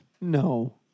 No